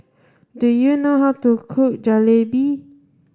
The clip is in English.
do you know how to cook Jalebi